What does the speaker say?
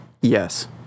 yes